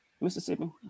Mississippi